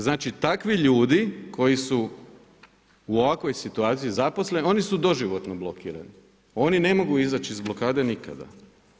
Znači takvi ljudi koji su u ovakvoj situaciji zaposleni, oni su doživotno blokirani, oni ne mogu izaći iz blokade nikako.